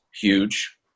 huge